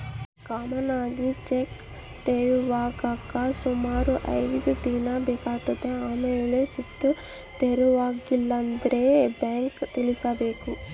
common ಆಗಿ cheque ತೆರವಾಗಾಕ ಸುಮಾರು ಐದ್ ದಿನ ಬೇಕಾತತೆ ಆಮೇಲ್ ಸುತ ತೆರವಾಗಿಲ್ಲಂದ್ರ ಬ್ಯಾಂಕಿಗ್ ತಿಳಿಸ್ಬಕು